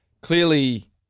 clearly